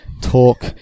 talk